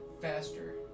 faster